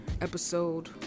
episode